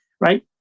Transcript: Right